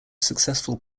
successful